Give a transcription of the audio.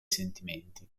sentimenti